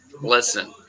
Listen